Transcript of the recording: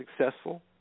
successful